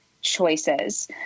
choices